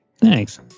Thanks